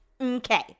Okay